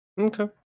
Okay